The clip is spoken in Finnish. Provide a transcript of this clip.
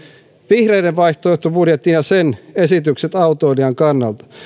vihreiden vaihtoehtobudjetin ja sen esitykset autoilijan kannalta